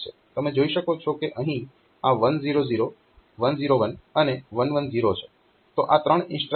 તમે જોઈ શકો છો કે અહીં આ 1 0 0 1 0 1 અને 1 1 0 છે